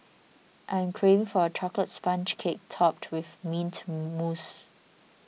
I am craving for a Chocolate Sponge Cake Topped with Mint Mousse